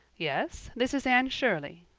yes, this is anne shirley,